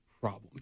problem